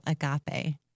Agape